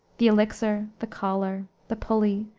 the elixir, the collar, the pulley,